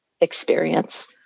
experience